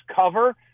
cover